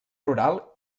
rural